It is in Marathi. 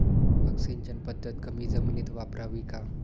ठिबक सिंचन पद्धत कमी जमिनीत वापरावी का?